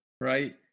right